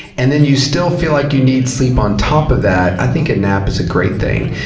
and then you still feel like you need sleep on top of that, i think a nap is a great thing.